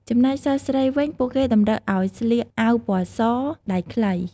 ចំណែកសិស្សស្រីវិញ ពួកគេតម្រូវឲ្យស្លៀកអាវពណ៌ស ដៃខ្លី។